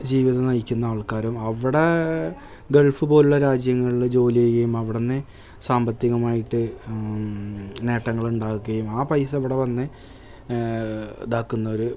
ജീവിതം നയിക്കുന്ന ആള്ക്കാരും അവിടെ ഗള്ഫ് പോലുള്ള രാജ്യങ്ങളില് ജോലി ചെയ്യേം അവിടെനിന്നു സാമ്പത്തികമായിട്ട് നേട്ടങ്ങള് ഉണ്ടാക്കുകയും ആ പൈസ ഇവിടെ വന്ന് ഇതാക്കുന്നോര്